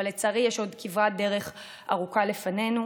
אבל לצערי יש עוד כברת דרך ארוכה לפנינו,